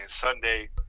Sunday